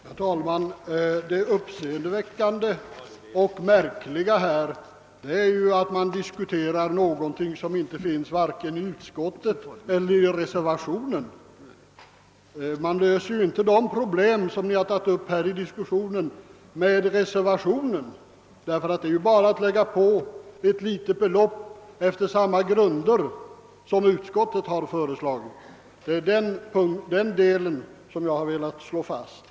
Herr talman! Det uppseendeväckande och märkliga här är att man diskuterar någonting som varken finns i utskottets förslag eller i reservationen. Med reservationens förslag löser man inte de problem som tagits upp till diskussion, därför att det endast innebär att man lägger på ett litet belopp ytterligare efter samma grunder som utskottet har förordat. Det är bara detta jag har velat fastslå.